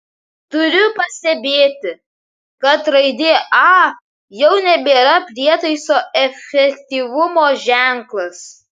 turiu pastebėti kad raidė a jau nebėra prietaiso efektyvumo ženklas